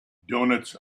doughnuts